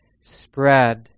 spread